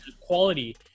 quality